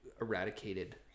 eradicated